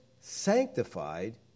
sanctified